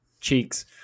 cheeks